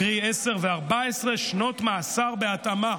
קרי 10 ו-14 שנות מאסר בהתאמה.